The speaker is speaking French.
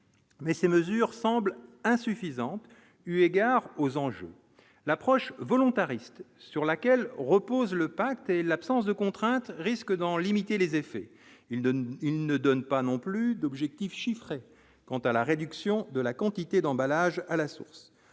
mais ces mesures semblent insuffisantes, eu égard aux enjeux l'approche volontariste sur laquelle repose le pacte et l'absence de contraintes risquent d'en limiter les effets une il ne donne pas non plus d'objectifs chiffrés quant à la réduction de la quantité d'emballages à la source